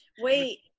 wait